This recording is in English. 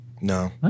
No